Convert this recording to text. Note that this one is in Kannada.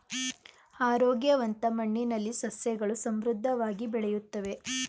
ಆರೋಗ್ಯವಂತ ಮಣ್ಣಿನಲ್ಲಿ ಸಸ್ಯಗಳು ಸಮೃದ್ಧವಾಗಿ ಬೆಳೆಯುತ್ತವೆ